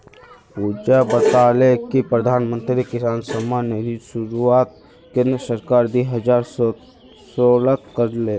पुजा बताले कि प्रधानमंत्री किसान सम्मान निधिर शुरुआत केंद्र सरकार दी हजार सोलत कर ले